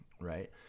right